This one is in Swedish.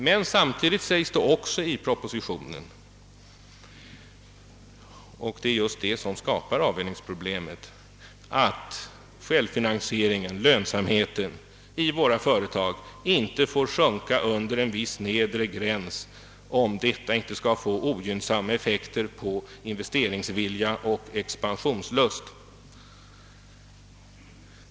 Men samtidigt säges i propositionen — och det är just det som skapar avvägningsproblemet — att självfinansieringen och lönsamheten hos företagen inte får sjunka under en viss nedre gräns, om detta inte skall få ogynnsamma effekter på investeringsvilja och expansionslust.